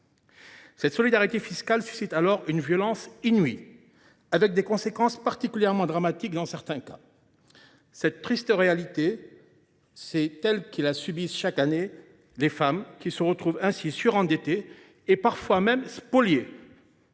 Cette solidarité fiscale suscite alors une violence inouïe, avec des conséquences particulièrement dramatiques dans certains cas. Cette triste réalité, c’est celle que subissent chaque année des milliers de femmes qui se retrouvent ainsi surendettées et parfois même spoliées.